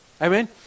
Amen